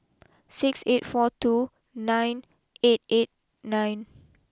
six eight four two nine eight eight nine